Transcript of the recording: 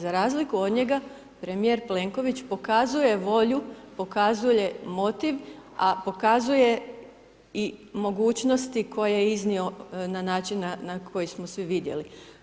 Za razliku od njega premijer Plenković pokazuje volju, pokazuje motiv, a pokazuje i mogućnosti koje je iznio na način na koji smo svi vidjeli.